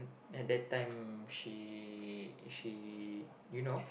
at that time she she you know